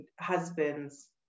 husband's